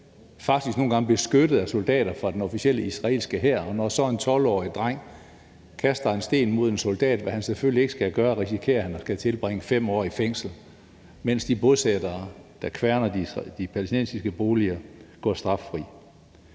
faktisk nogle gange beskyttet af soldater fra den officielle israelske her, og når så en 12-årig dreng kaster en sten mod en soldat, hvad han selvfølgelig ikke skal gøre, risikerer han at skulle tilbringe 5 år i fængsel, mens de bosættere, der kværner de palæstinensiske boliger, går straffri.